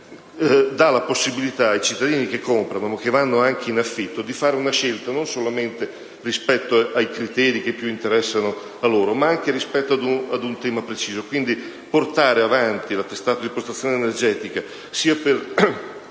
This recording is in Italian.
dà la possibilità ai cittadini che comprano o anche che prendono in affitto un immobile di fare una scelta non solamente rispetto ai criteri che a loro più interessano, ma anche rispetto ad un tema preciso. Quindi, portare avanti l'attestato di prestazione energetica sia per